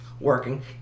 Working